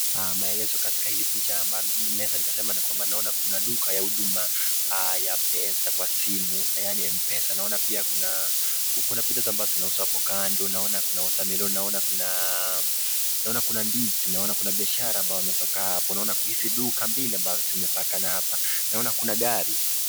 Maelezo katika hili picha naweza nikasema naona duka ya huduma ya pesa kwa simu yaani mpesa, naona pia kuna bidhaa zinauzwa hapo kando, naona kuna watermelon naona kuna ndizi naona kuna biashara ambayo imezogaa, naona kwa hizi duka mbili ambazo zimepakana hapa, naona kuna gari.